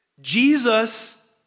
Jesus